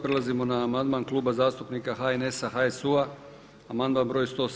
Prelazimo na amandman Kluba zastupnika HNS-a, HSU-a, amandman broj 107.